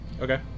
Okay